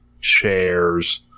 chairs